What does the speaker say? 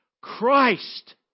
Christ